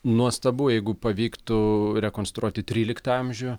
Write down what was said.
nuostabu jeigu pavyktų rekonstruoti tryliktą amžių